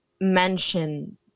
mention